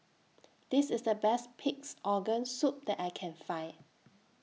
This IS The Best Pig'S Organ Soup that I Can Find